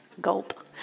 Gulp